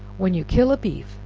when you kill a beef,